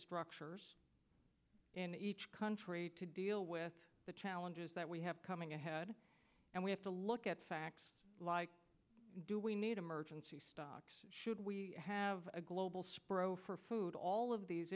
structures in each country to deal with the challenges that we have coming ahead and we have to look at do we need emergency stocks should we have a global spro for food all of these